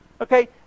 Okay